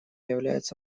является